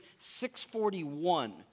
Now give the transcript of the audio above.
641